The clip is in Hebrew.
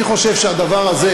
אני חושב שהדבר הזה,